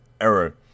error